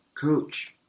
Coach